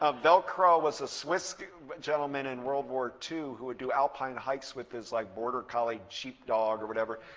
ah velcro was a swiss but gentleman in world war ii who would do alpine hikes with his like border collie sheep dog or whatever.